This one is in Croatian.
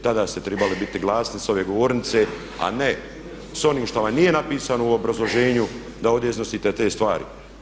Tada ste tribali biti glasni sa ove govornice, a ne sa onim što vam nije napisano u obrazloženju da ovdje iznosite te stvari.